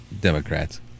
Democrats